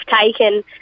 taken